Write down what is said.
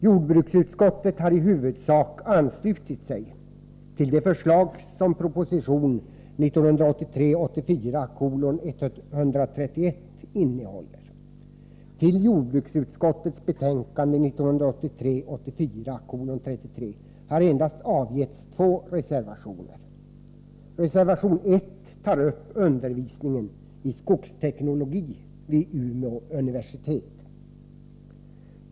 Jordbruksutskottet har i huvudsak anslutit sig till förslagen i proposition 1983 84:33 har endast två reservationer fogats. Reservation 1 tar upp frågan om undervisningen i skogsteknologi vid Umeå universitet.